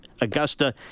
Augusta